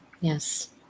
yes